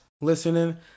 listening